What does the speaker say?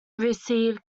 received